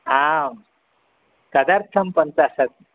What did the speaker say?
आम् तदर्थं पञ्चाशत्